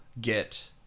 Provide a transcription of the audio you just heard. get